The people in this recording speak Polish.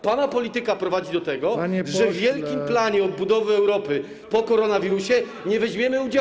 Pana polityka prowadzi do tego, że w wielkim planie odbudowy Europy po koronawirusie nie weźmiemy udziału.